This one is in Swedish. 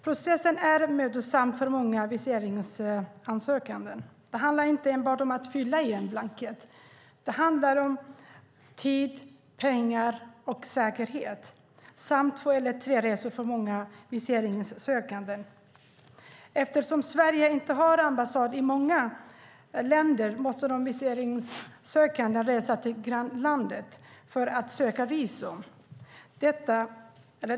Processen är mödosam för många viseringssökande. Det handlar inte enbart om att fylla i en blankett. Det handlar om tid, pengar och säkerhet samt om två eller tre resor för många viseringssökande. Eftersom Sverige inte har någon ambassad i många länder måste de viseringssökande resa till grannlandet för att söka visum.